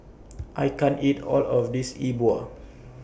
I can't eat All of This E Bua